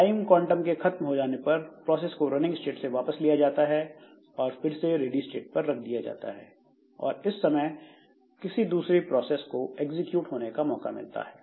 time quantum के खत्म हो जाने पर प्रोसेस को रनिंग स्टेट से वापस लिया जाता है और फिर से रेडी स्टेट पर रख दिया जाता है और इस समय किसी दूसरी प्रोसेस को एग्जीक्यूट होने का मौका मिलता है